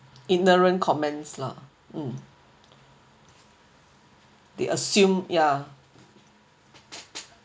ignorance comments lah mm they assume ya